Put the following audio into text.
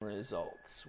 results